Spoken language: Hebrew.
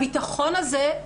הביטחון הזה,